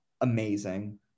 amazing